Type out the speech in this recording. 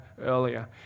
earlier